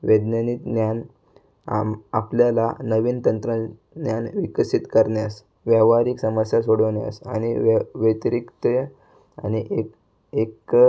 वैज्ञानिक ज्ञान आम् आपल्याला नवीन तंत्रज्ञान विकसित करण्यास व्यावहारिक समस्या सोडवण्यास आणि त्या व्यतिरिक्त आणि एक एक